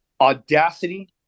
audacity